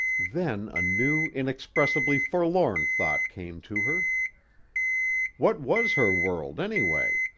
then a new, inexpressibly forlorn thought came to her what was her world, anyway?